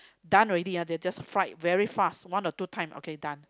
done already ah they just fried very fast one or two time okay done